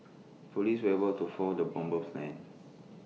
Police were able to foil the bomber's plans